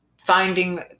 finding